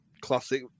classic